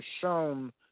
shown